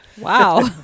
Wow